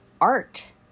art